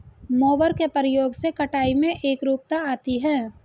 mower के प्रयोग से कटाई में एकरूपता आती है